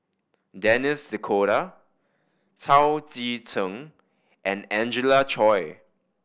Denis D'Cotta Chao Tzee Cheng and Angelina Choy